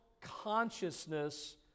consciousness